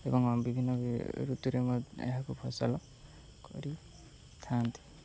ଏବଂ ବିଭିନ୍ନ ଋତୁରେ ମଧ୍ୟ ଏହାକୁ ଫସଲ କରିଥାନ୍ତି